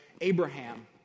Abraham